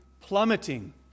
plummeting